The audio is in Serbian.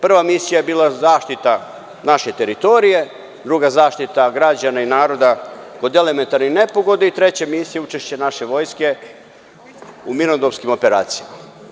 Prava misija je bila zaštita naše teritorije, druga zaštita građana i naroda od elementarnih nepogoda i treća misija učešće naše vojske u mirnodopskim operacijama.